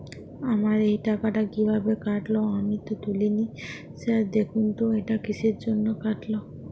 আমার এই টাকাটা কীভাবে কাটল আমি তো তুলিনি স্যার দেখুন তো এটা কিসের জন্য কাটল?